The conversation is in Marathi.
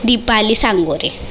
दिपाली सांगुरे